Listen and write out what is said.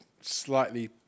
slightly